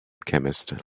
chemist